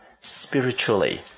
spiritually